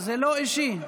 זה אישי.